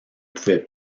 pouvait